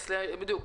תתכנס לסיכום.